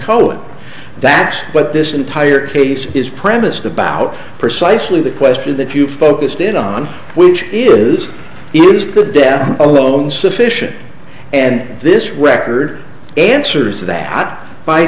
cola that's what this entire case is premised about precisely the question that you focused in on which is it is the death alone sufficient and this record answers that